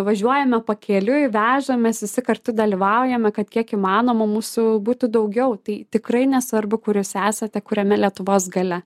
važiuojame pakeliui veža mes visi kartu dalyvaujame kad kiek įmanoma mūsų būtų daugiau tai tikrai nesvarbu kur jūs esate kuriame lietuvos gale